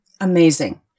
Amazing